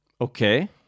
Okay